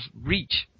Reach